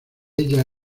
ella